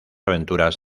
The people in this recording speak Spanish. aventuras